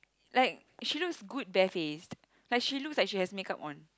like she looks good bare faced like she looks like she has makeup on